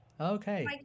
okay